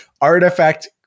artifact